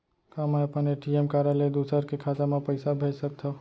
का मैं अपन ए.टी.एम कारड ले दूसर के खाता म पइसा भेज सकथव?